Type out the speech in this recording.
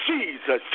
Jesus